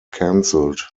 cancelled